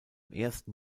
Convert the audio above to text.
ersten